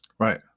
Right